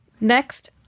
Next